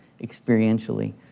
experientially